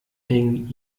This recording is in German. hängen